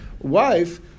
wife